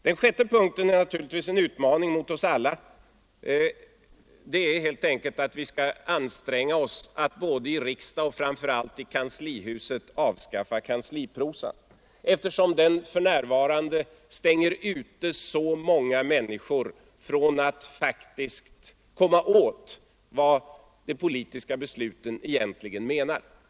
Den sjätte punkten är naturligtvis en utmaning mot oss alla; den innebär helt enkelt att vi skall anstränga oss, både i riksdagen och framför allt i kanslihuset, att avskaffa kansliprosan, eftersom den för närvarande utestänger många människor från möjligheten att förstå innebörden av de politiska besluten.